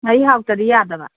ꯑꯩ ꯂꯥꯛꯇ꯭ꯔꯗꯤ ꯌꯥꯗꯕ